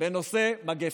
בנושא מגפה.